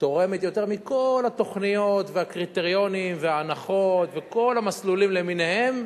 תורמת יותר מכל התוכניות והקריטריונים וההנחות וכל המסלולים למיניהם.